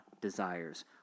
desires